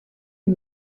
est